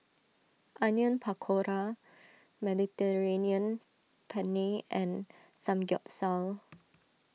Onion Pakora Mediterranean Penne and Samgyeopsal